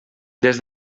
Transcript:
des